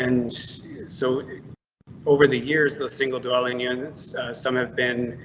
and so over the years the single dwelling units some have been,